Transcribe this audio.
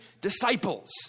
disciples